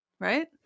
Right